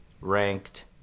ranked